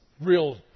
real